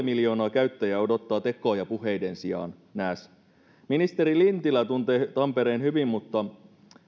miljoonaa käyttäjää odottaa tekoja puheiden sijaan nääs ministeri lintilä tuntee tampereen hyvin mutta